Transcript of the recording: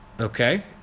Okay